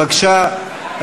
בבקשה,